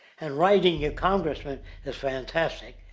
and writing your congressman is fantastic.